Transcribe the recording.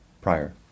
prior